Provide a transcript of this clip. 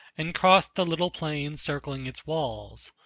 and crossed the little plain circling its walls.